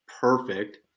perfect